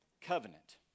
covenant